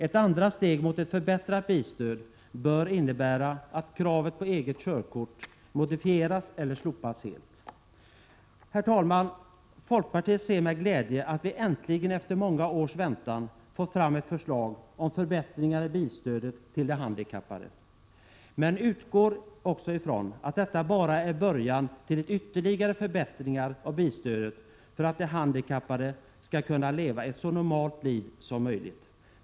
Ett andra steg mot ett förbättrat bilstöd bör innebära att kravet på eget körkort modifieras eller slopas helt. Herr talman! Folkpartiet ser med glädje att vi äntligen, efter många års väntan, fått fram ett förslag om förbättringar i bilstödet till de handikappade, men utgår också ifrån att detta bara är början till ytterligare förbättringar av bilstödet för att de handikappade skall kunna leva ett så normalt liv som möjligt.